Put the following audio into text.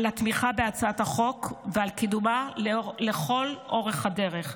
התמיכה בהצעת החוק ועל קידומה לכל אורך הדרך.